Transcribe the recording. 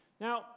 Now